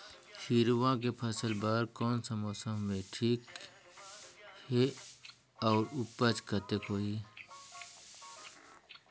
हिरवा के फसल बर कोन सा मौसम हवे ठीक हे अउर ऊपज कतेक होही?